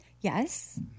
Yes